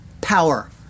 power